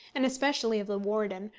and especially of the warden,